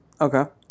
Okay